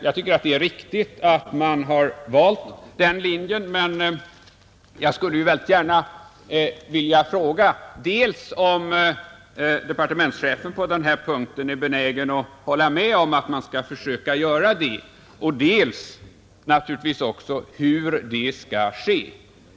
Jag tycker det är riktigt att man valt den linjen, men jag skulle på den här punkten gärna vilja fråga departementschefen dels huruvida han är benägen att hålla med om att man skall försöka göra detta, dels hur det i så fall skall ske.